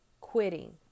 quitting